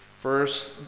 First